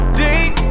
deep